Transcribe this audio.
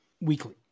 weekly